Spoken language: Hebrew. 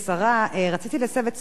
רציתי להסב את תשומת לבך,